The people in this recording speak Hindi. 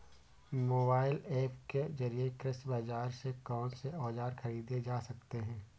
मोबाइल ऐप के जरिए कृषि बाजार से कौन से औजार ख़रीदे जा सकते हैं?